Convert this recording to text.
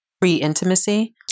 pre-intimacy